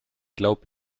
glaub